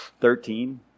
Thirteen